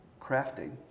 crafting